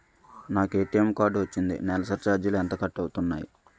నాకు ATM card వచ్చింది నెలసరి ఛార్జీలు ఎంత కట్ అవ్తున్నాయి?